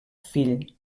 fill